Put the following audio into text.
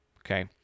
Okay